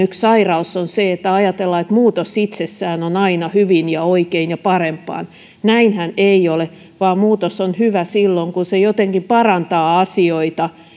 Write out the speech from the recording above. yksi sairaus on se että näin ajatellaan että muutos itsessään on aina hyvin ja oikein ja parempaan näinhän ei ole vaan muutos on hyvä silloin kun se jotenkin parantaa asioita